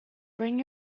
bring